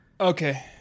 Okay